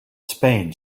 spain